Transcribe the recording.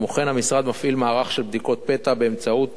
כמו כן, המשרד מפעיל מערך של בדיקות פתע באמצעות